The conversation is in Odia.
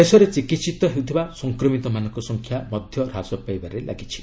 ଦେଶରେ ଚିକିହିତ ହେଉଥିବା ସଂକ୍ରମିତମାନଙ୍କ ସଂଖ୍ୟା ମଧ୍ୟ ହ୍ରାସ ପାଇବାରେ ଲାଗିଛି